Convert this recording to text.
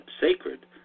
sacred